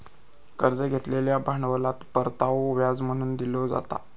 कर्ज घेतलेल्या भांडवलात परतावो व्याज म्हणून दिलो जाता